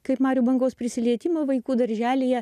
kaip marių bangos prisilietimą vaikų darželyje